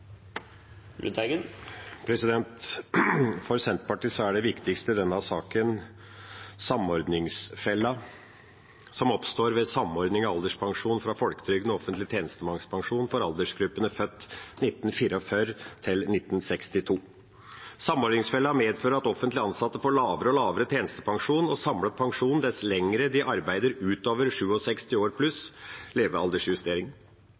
For Senterpartiet er det viktigste i denne saken samordningsfella, som oppstår ved samordning av alderspensjon fra folketrygden og offentlig tjenestemannspensjon for aldersgruppen født fra 1944 til 1962. Samordningsfella medfører at offentlig ansatte får lavere og lavere tjenestepensjon og samlet pensjon dess lenger de arbeider utover 67 år